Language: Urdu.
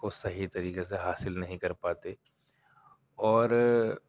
کو صحیح طریقے سے حاصل نہیں کر پاتے اور